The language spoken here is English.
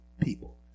people